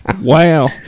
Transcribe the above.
Wow